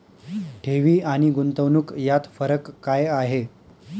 ठेवी आणि गुंतवणूक यात फरक काय आहे?